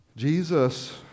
Jesus